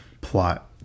plot